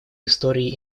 истории